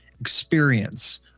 experience